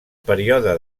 període